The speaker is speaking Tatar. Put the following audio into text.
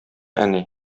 әни